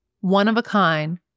one-of-a-kind